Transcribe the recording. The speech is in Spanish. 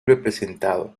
representado